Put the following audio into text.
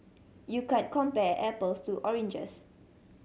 you can't compare apples to oranges